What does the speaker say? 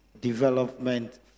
Development